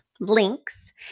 links